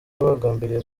bagambiriye